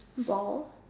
ball